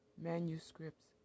manuscripts